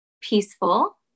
peaceful